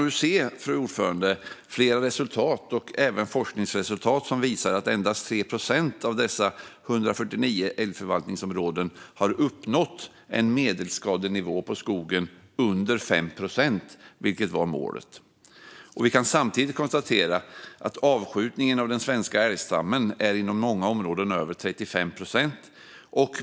Vi kan nu se flera resultat, även forskningsresultat, som visar att endast 3 procent av dessa 149 älgförvaltningsområden har uppnått en medelskadenivå på skogen under 5 procent, vilket var målet. Vi kan samtidigt konstatera att avskjutningen av den svenska älgstammen är över 35 procent inom många områden.